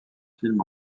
film